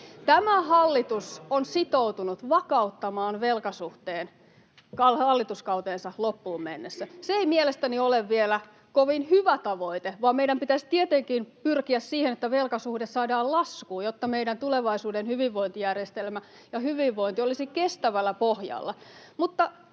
Tämä hallitus on sitoutunut vakauttamaan velkasuhteen hallituskautensa loppuun mennessä. Se ei mielestäni ole vielä kovin hyvä tavoite, vaan meidän pitäisi tietenkin pyrkiä siihen, että velkasuhde saadaan laskuun, jotta meidän tulevaisuuden hyvinvointijärjestelmämme ja hyvinvointimme olisivat kestävällä [Vasemmalta: